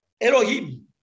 Elohim